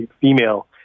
female